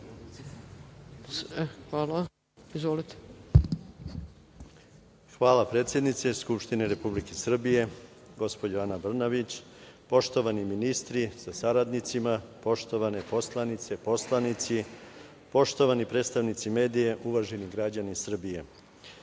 Mihajlovski** Hvala predsednice Skupštine Republike Srbije. Gospođo Ana Brnabić, poštovani ministri sa saradnicima, poštovane poslanice, poslanici, poštovani predstavnici medija, uvaženi građani Srbije,